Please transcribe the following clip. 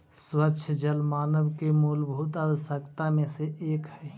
स्वच्छ जल मानव के मूलभूत आवश्यकता में से एक हई